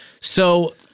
So-